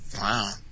Wow